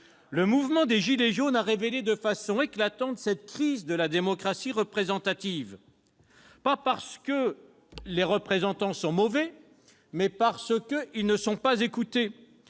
Le mouvement des « gilets jaunes » a révélé de façon éclatante cette crise de la démocratie représentative. Non que les représentants soient mauvais, mais ils ne sont pas écoutés.